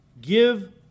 give